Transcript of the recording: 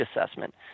assessment